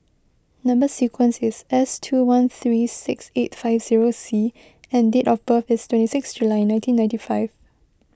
Number Sequence is S two one three six eight five zero C and date of birth is twenty six July nineteen ninety five